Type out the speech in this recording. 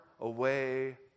away